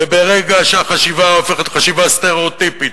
וברגע שהחשיבה הופכת חשיבה סטריאוטיפית,